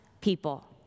people